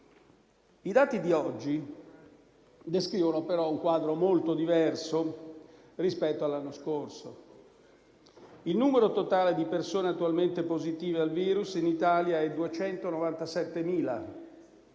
I dati di oggi descrivono però un quadro molto diverso rispetto all'anno scorso: il numero totale di persone attualmente positive al virus in Italia è 297.000;